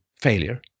failure